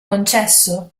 concesso